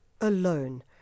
alone